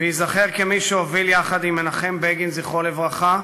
וייזכר כמי שהוביל יחד עם מנחם בגין, זכרו לברכה,